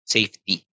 Safety